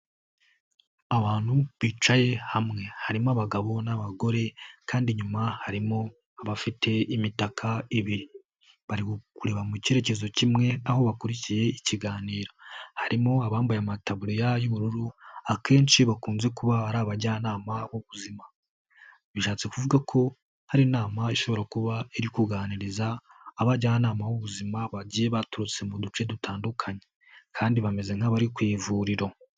Abantu bicaye hamwe, harimo abagabo n'abagore kandi inyuma harimo abafite imitaka ibiri. Bari kureba mu cyerekezo kimwe, aho bakurikiye ikiganiro. Harimo abambaye amataburiya y'ubururu akenshi bakunze kuba ari abajyanama b'ubuzima. Bishatse kuvuga ko hari inama ishobora kuba iri kuganiriza abajyanama b'ubuzima bagiye baturutse mu duce dutandukanye kandi bameze nk'abari ku ivuriro.